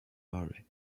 murray